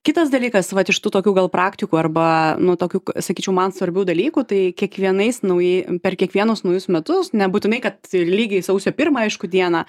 kitas dalykas vat iš tų tokių gal praktikų arba nu tokių sakyčiau man svarbių dalykų tai kiekvienais naujai per kiekvienus naujus metus nebūtinai kad lygiai sausio pirmą aišku dieną